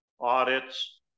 audits